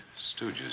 Stooges